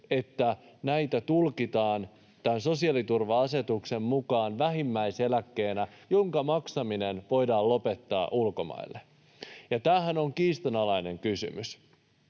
että näitä tulkitaan tämän sosiaaliturva-asetuksen mukaan vähimmäiseläkkeenä, jonka maksaminen voidaan lopettaa ulkomaille, ja tämähän on kiistanalainen kysymys.